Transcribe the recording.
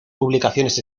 publicaciones